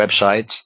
websites